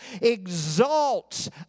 exalts